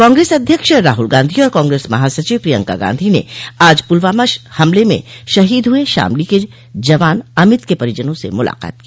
कांग्रेस अध्यक्ष राहुल गांधी और कांग्रेस महासचिव प्रियंका गांधी ने आज पुलवामा हमले में शहीद हुए शामली के जवान अमित के परिजनों से मुलाकात की